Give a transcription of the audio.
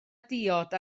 diod